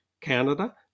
canada